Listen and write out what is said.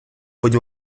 будь